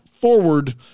forward